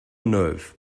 nerve